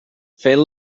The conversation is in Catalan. fent